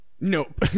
Nope